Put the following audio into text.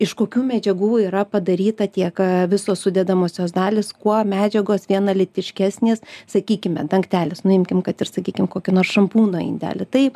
iš kokių medžiagų yra padaryta tiek visos sudedamosios dalys kuo medžiagos vienalytiškesnės sakykime dangtelis nu imkim kad ir sakykim kokio nors šampūno indelį taip